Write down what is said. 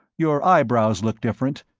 your eyebrows look different,